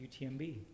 UTMB